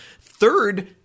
Third